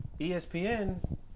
ESPN